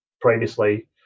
previously